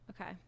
Okay